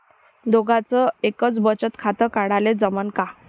दोघाच एकच बचत खातं काढाले जमनं का?